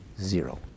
zero